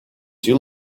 you